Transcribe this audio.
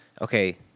okay